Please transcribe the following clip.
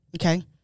Okay